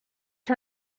her